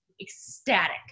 ecstatic